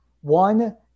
One